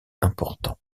importants